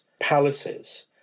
palaces